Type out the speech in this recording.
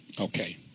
Okay